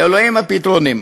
לאלוהים הפתרונים.